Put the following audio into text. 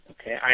Okay